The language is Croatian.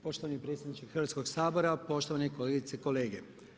Poštovani predsjedniče Hrvatskog sabora, poštovane kolegice i kolege.